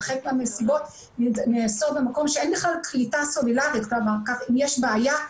אבל חלק מהמסיבות מתקיימות במקום בו אין קליטה סלולרית ואם יש בעיה,